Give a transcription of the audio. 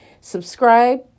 Subscribe